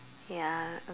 ya